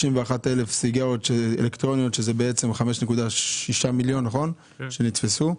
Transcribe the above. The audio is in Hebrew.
שזה בעצם 5.6 מיליון שקלים שנתפסו.